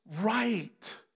right